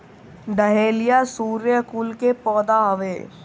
dahlia सूर्यकुल के पौधा हवे